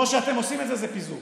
פיזור